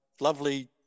lovely